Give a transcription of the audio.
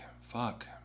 fuck